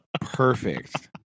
perfect